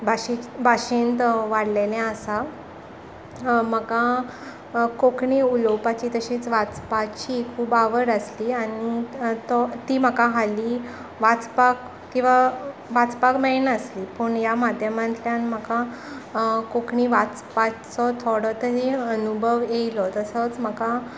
भाशेंत भाशेंत वाडलेलें आसा म्हाका कोंकणी उलोवपाची आनी वाचपाची खूब आवड आसली आनी तो ती म्हाका हाली वाचपाक किंवा वाचपाक मेळनासली पूण ह्या माध्यमांतल्यान म्हाका कोंकणी वाचपाचो थोडो तरी अनुभव येयलो तसोच म्हाका